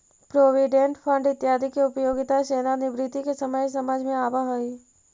provident fund इत्यादि के उपयोगिता सेवानिवृत्ति के समय समझ में आवऽ हई